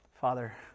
Father